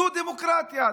זו דמוקרטיה.